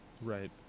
right